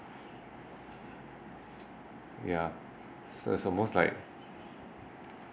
yeah so it's almost like